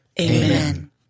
Amen